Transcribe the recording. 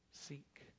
seek